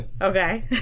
Okay